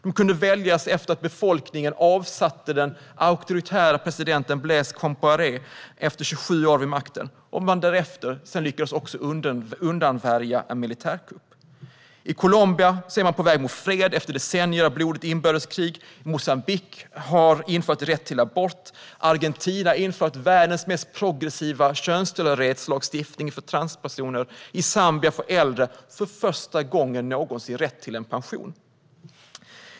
Det kunde väljas efter att befolkningen hade avsatt den auktoritäre presidenten Blaise Compaoré efter 27 år vid makten. Man lyckades därefter också avvärja en militärkupp. I Colombia är man på väg mot fred efter decennier av blodigt inbördeskrig. Moçambique har infört rätt till abort. Argentina har infört världens mest progressiva könstillhörighetslagstiftning för transpersoner. Och i Zambia får äldre för första gången någonsin rätt till en pension.